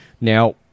Now